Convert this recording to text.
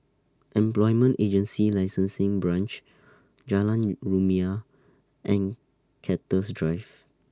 Employment Agency Licensing Branch Jalan Rumia and Cactus Drive